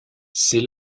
c’est